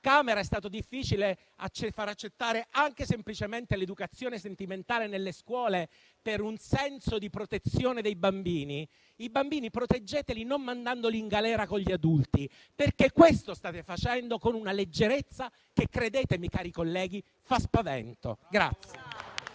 Camera è stato difficile far accettare anche semplicemente l'educazione sentimentale nelle scuole per un senso di protezione dei bambini, e allora i bambini proteggeteli non mandandoli in galera con gli adulti perché questo state facendo con una leggerezza che, credetemi, cari colleghi, fa spavento.